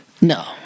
No